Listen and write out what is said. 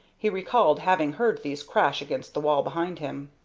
he recalled having heard these crash against the wall behind him.